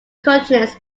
continents